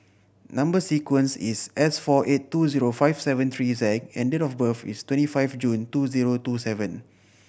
number sequence is S four eight two zero five seven three Z and date of birth is twenty five June two zero two seven